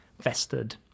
vested